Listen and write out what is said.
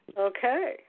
okay